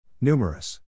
Numerous